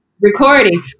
recording